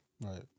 Right